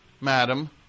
madam